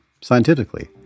scientifically